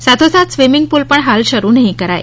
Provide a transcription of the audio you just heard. સાથીસાથ swimming pool પણ હાલ શરૂ નહીં કરાય